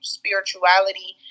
spirituality